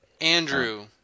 Andrew